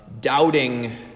doubting